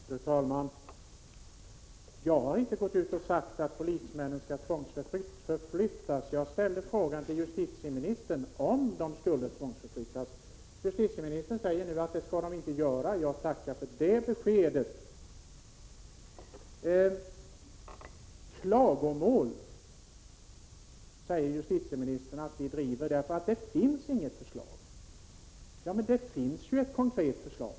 Fru talman! Jag har inte sagt att polismännen skall tvångsförflyttas. Jag ställde frågan till justitieministern, om de skulle tvångsförflyttas. Justitieministern säger nu att det inte skall bli på detta sätt. Jag tackar för det beskedet. Justitieministern sade att vi kommer med klagomål och att det inte finns något förslag. Jo, men det finns ju ett konkret förslag.